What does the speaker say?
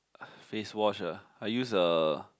face wash ah I use uh